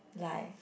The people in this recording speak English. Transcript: like